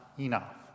enough